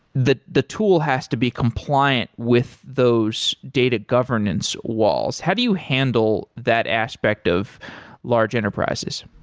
the the tool has to be compliant with those data governance walls. how do you handle that aspect of large enterprises?